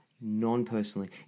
non-personally